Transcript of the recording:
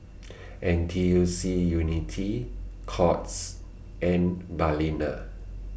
N T U C Unity Courts and Balina